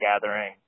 gathering